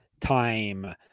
time